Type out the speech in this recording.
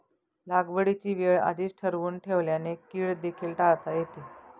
लागवडीची वेळ आधीच ठरवून ठेवल्याने कीड देखील टाळता येते